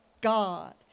God